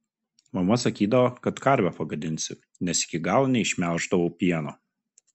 mama sakydavo kad karvę pagadinsiu nes iki galo neišmelždavau pieno